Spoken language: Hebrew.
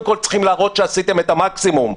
כל צריכים להראות שעשיתם את המקסימום.